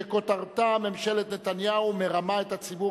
שכותרתה: ממשלת נתניהו מרמה את הציבור